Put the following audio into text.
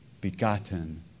begotten